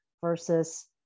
versus